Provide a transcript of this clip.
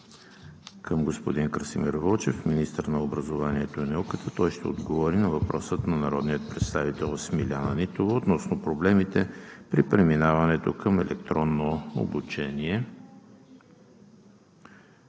към господин Красимир Вълчев, министър на образованието и науката. Той ще отговори на въпрос на народния представител Смиляна Нитова относно проблемите при преминаването към електронно обучение.